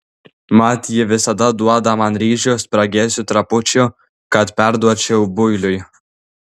mat ji visada duoda man ryžių spragėsių trapučių kad perduočiau builiui